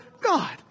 God